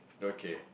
okay